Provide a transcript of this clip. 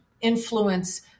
influence